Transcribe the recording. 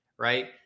right